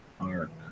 arc